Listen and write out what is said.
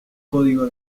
código